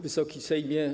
Wysoki Sejmie!